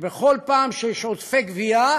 שבכל פעם שיש עודפי גבייה